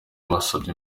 basabye